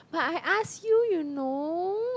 like I ask you you know